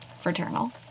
Fraternal